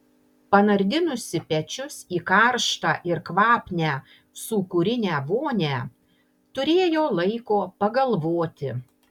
panardinusi pečius į karštą ir kvapnią sūkurinę vonią turėjo laiko pagalvoti